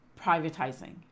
privatizing